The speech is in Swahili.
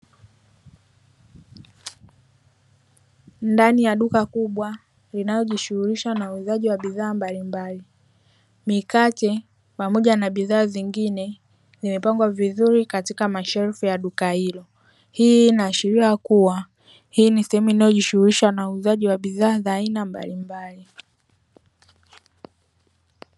Ndani ya duka kubwa linalojishughulisha na uuzaji wa bidhaa mbalimbali, mikate pamoja na bidhaa nyingine zimepangwa vizuri katika mashelfu ya duka hilo, hii inaashiria kuwa hii ni sehemu inayojishughulisha na uuzaji wa bidhaa mbalimbali.